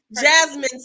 jasmine